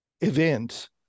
event